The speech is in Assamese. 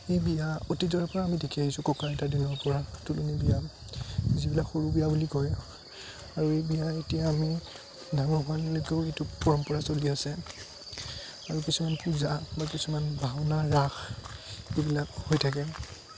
এই বিয়া অতীজৰে পৰা আমি দেখি আহিছোঁ ককা আইতাৰ দিনৰ পৰা তোলনী বিয়া যিবিলাক সৰু বিয়া বুলি কয় আৰু এই বিয়া এতিয়া আমি ডাঙৰ হোৱালৈকেও এইটো পৰম্পৰা চলি আছে আৰু কিছুমান পূজা বা কিছুমান ভাওনা ৰাস এইবিলাক হৈ থাকে